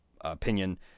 opinion